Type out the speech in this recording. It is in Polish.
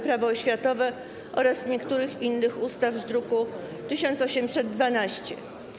Prawo oświatowe oraz niektórych innych ustaw z druku nr 1812.